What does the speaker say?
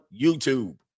YouTube